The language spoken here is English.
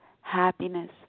happiness